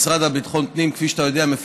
המשרד לביטחון הפנים,